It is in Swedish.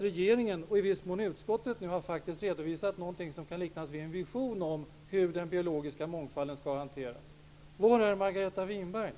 Regeringen och i viss mån utskottet har faktiskt redovisat någonting som kan liknas vid en vision om hur den biologiska mångfalden skall hanteras. Var finns Margareta Winberg?